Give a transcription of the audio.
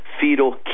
fetal